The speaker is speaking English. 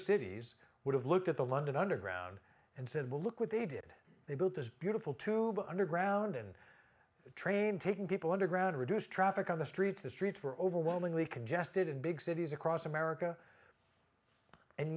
cities would have looked at the london underground and said well look what they did they built this beautiful to be underground and train taking people underground reduce traffic on the streets the streets were overwhelmingly congested in big cities across america and